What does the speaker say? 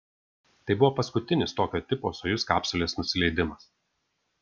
tai buvo paskutinis tokio tipo sojuz kapsulės nusileidimas